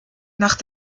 nach